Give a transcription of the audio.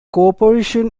corporation